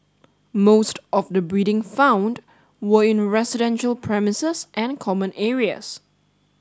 most of the breeding found were in residential premises and common areas